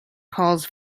calls